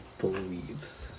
Believes